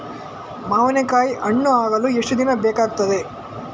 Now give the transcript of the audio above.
ಮಾವಿನಕಾಯಿ ಹಣ್ಣು ಆಗಲು ಎಷ್ಟು ದಿನ ಬೇಕಗ್ತಾದೆ?